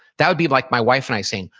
that would be like my wife and i saying,